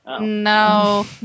No